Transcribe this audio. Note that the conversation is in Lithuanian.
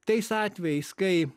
tais atvejais kai